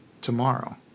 tomorrow